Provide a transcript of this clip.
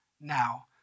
now